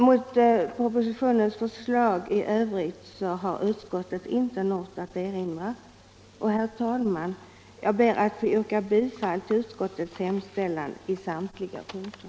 Mot propositionens förslag i övrigt har utskottet inte något att erinra. Herr talman! Jag ber att få yrka bifall till utskottets hemställan i samtliga punkter.